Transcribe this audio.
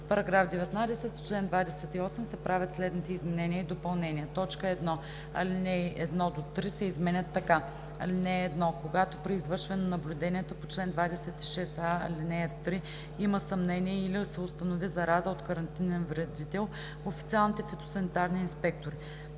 „§ 19. В чл. 28 се правят следните изменения и допълнения: 1. Алинеи 1 – 3 се изменят така: „(1) Когато при извършване на наблюденията по чл. 26а, ал. 3 има съмнение или се установи зараза от карантинен вредител, официалните фитосанитарни инспектори: